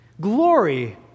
Glory